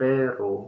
Pero